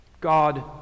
God